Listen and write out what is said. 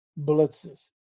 blitzes